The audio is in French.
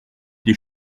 des